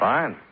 Fine